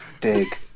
dig